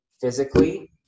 physically